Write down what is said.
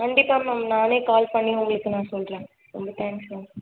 கண்டிப்பாக மேம் நானே கால் பண்ணி உங்களுக்கு நான் சொல்லுறேன் ரொம்ப தேங்க்ஸ் மேம்